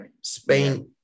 Spain